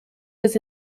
was